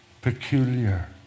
peculiar